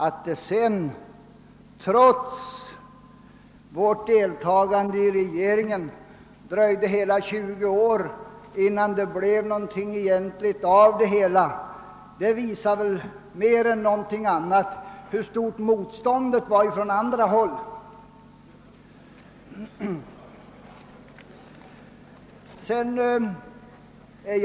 Att det sedan trots vårt deltagande i regeringen dröjde hela 20 år innan det egentligen blev någonting av det hela, visar väl mer än någonting annat hur stort motståndet från andra håll var.